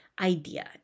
idea